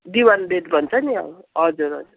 दिवान बेड भन्छ नि ह हजुर हजुर